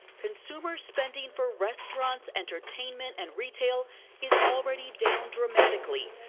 consumer spending for restaurants, entertainment and retail is already down dramatically,